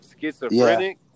schizophrenic